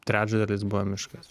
trečdalis buvo miškas